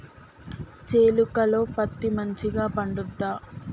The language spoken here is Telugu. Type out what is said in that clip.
చేలుక లో పత్తి మంచిగా పండుద్దా?